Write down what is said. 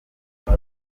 nta